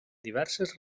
diverses